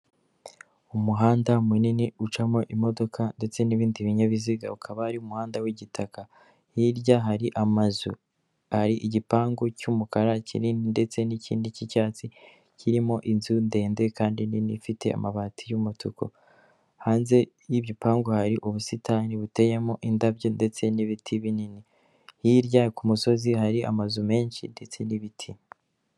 Umuhanda munini ucamo imodoka ndetse n'ibindi binyabiziga ukaba ari umuhanda w'igitaka hirya hari amazu hari igipangu cy'umukara kinini ndetse n'ikindi cy'icyatsi kirimo inzu ndende kandi nini ifite amabati y'umutuku hanze y'ibipangu hari ubusitani buteyemo indabyo ndetse n'ibiti binini hirya ku musozi hari amazu menshi ndetse n'ibiti.